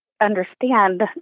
understand